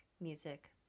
music